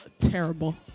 terrible